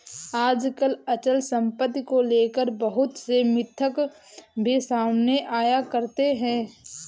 आजकल अचल सम्पत्ति को लेकर बहुत से मिथक भी सामने आया करते हैं